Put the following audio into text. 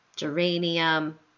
geranium